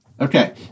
Okay